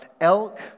elk